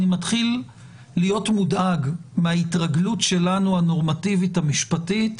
אני מתחיל להיות מודאג מההתרגלות שלנו הנורמטיבית המשפטית